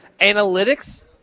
Analytics